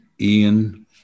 ian